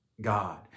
God